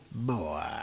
more